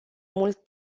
mult